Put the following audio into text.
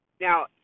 Now